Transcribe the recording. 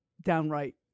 downright